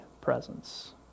presence